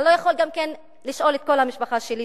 אתה לא יכול לשאול את כל המשפחה שלי,